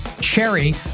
Cherry